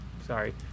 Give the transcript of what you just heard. sorry